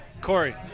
Corey